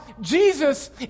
Jesus